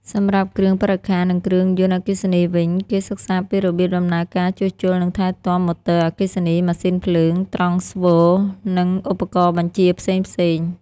សម្រាប់គ្រឿងបរិក្ខារ និងគ្រឿងយន្តអគ្គិសនីវិញ គេសិក្សាពីរបៀបដំណើរការ ជួសជុល និងថែទាំម៉ូទ័រអគ្គិសនី ម៉ាស៊ីនភ្លើង ត្រង់ស្វូ និងឧបករណ៍បញ្ជាផ្សេងៗ។